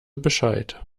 bescheid